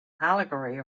allegory